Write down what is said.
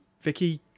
Vicky